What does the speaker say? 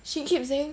she keep saying